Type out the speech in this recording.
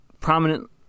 prominent